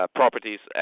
properties